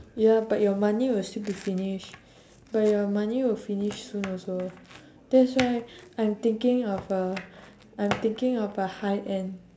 ya but your money will still be finish but your money will finish soon also that's why I'm thinking of uh I'm thinking of uh high end